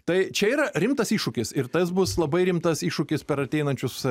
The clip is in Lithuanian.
tai čia yra rimtas iššūkis ir tas bus labai rimtas iššūkis per ateinančius